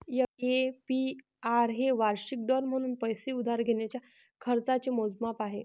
APR हे वार्षिक दर म्हणून पैसे उधार घेण्याच्या खर्चाचे मोजमाप आहे